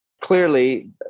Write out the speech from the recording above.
clearly